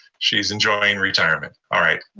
she's enjoying retirement. all right,